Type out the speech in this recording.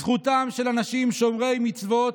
זכותם של אנשים שומרי מצוות,